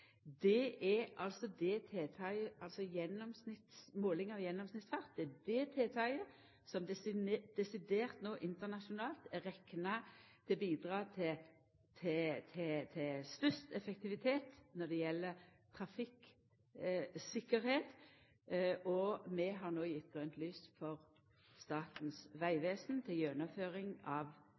Måling av gjennomsnittsfart er det tiltaket som no internasjonalt desidert er rekna for å bidra til størst effektivitet når det gjeld trafikktryggleik. Vi har no gjeve grønt lys for Statens vegvesen til gjennomføring av